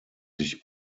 sich